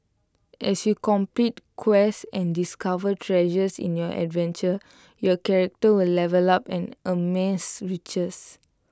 as you complete quests and discover treasures in your adventure your character will level up and amass riches